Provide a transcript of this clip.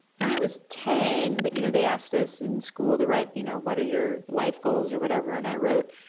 when i was ten, you know, they asked us in school to write, you know, what are your life goals or whatever? and i wrote,